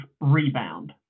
rebound